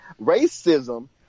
Racism